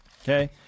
okay